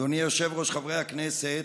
אדוני היושב-ראש, חברי הכנסת,